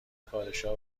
پادشاه